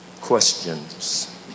questions